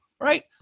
Right